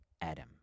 Adam